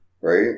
Right